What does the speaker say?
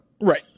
Right